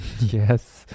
Yes